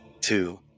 Two